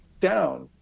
down